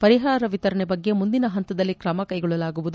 ಪರಿಹಾರ ವಿತರಣೆ ಬಗ್ಗೆ ಮುಂದಿನ ಹಂತದಲ್ಲಿ ಕ್ರಮ ಕೈಗೊಳ್ಳಲಾಗುವುದು